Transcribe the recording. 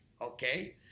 Okay